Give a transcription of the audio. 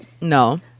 no